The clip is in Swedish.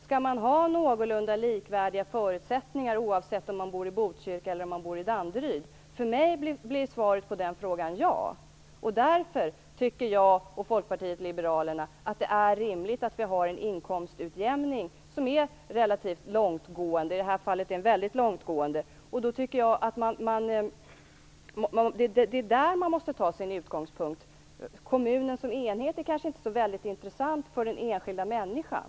Skall man ha någorlunda likvärdiga förutsättningar om man bor i Botkyrka som den som bor i Danderyd? För mig blir svaret på den frågan ja. Därför tycker jag och Folkpartiet liberalerna att det är rimligt att vi har en inkomstutjämning som är relativt långtgående, i det här fallet väldigt långtgående. Jag tycker att det är där man måste ha sin utgångspunkt. Kommunen som enhet är kanske inte så väldigt intressant för den enskilda människan.